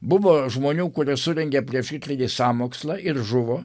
buvo žmonių kurie surengė prieš hitlerį sąmokslą ir žuvo